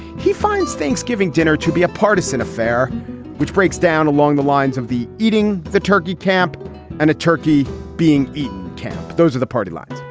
he finds thanksgiving dinner to be a partisan affair which breaks down along the lines of the eating the turkey camp and the turkey being eaten camp those are the party lines.